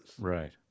Right